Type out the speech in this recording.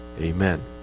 Amen